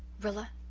rilla,